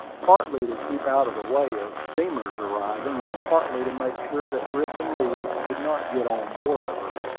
partly to keep out of the way of steamers arriving, and partly to make sure that griffin leeds did not get on board of her.